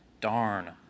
darn